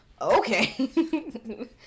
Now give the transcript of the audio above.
okay